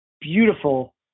beautiful